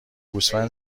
گوسفند